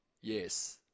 Yes